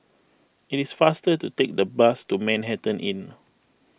it is faster to take the bus to Manhattan Inn